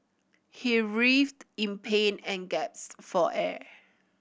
he writhed in pain and gaped for air